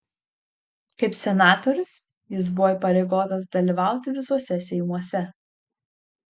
kaip senatorius jis buvo įpareigotas dalyvauti visuose seimuose